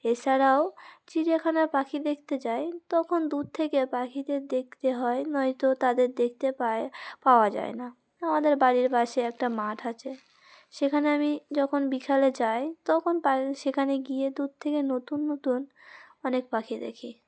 এছাড়াও চিড়িয়াখানার পাখি দেখতে যাই তখন দূর থেকে পাখিদের দেখতে হয় নয়তো তাদের দেখতে পাায় পাওয়া যায় না আমাদের বাড়ির পাশে একটা মাঠ আছে সেখানে আমি যখন বিকালে যাই তখন পা সেখানে গিয়ে দূর থেকে নতুন নতুন অনেক পাখি দেখি